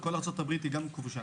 וכל ארצות הברית היא גם כבושה.